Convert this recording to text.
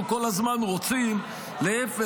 אנחנו כל הזמן רוצים להפך,